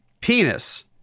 penis